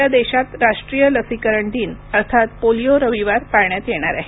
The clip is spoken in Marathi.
उद्या देशात राष्ट्रीय लसीकरण दिन अर्थात पोलिओ रविवार पाळण्यात येणार आहे